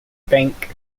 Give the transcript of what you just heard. bank